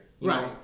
Right